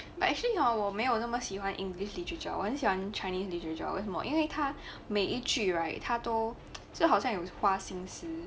but actually hor 我没有那么喜欢 english literature 我很喜欢 chinese literature 为什么因为他每一句 right 他都就好像有花心思